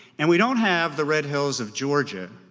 and we don't have the red hills of georgia,